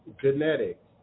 genetics